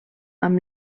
amb